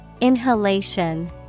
Inhalation